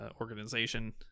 organization